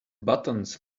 buttons